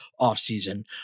offseason